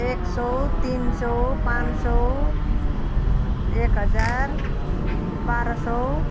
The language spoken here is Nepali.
एक सय तिन सय पाँच सय एकहजार बाह्र सय